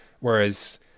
Whereas